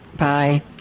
Bye